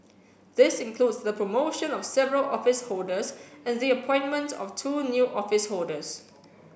this includes the promotion of several office holders and the appointment of two new office holders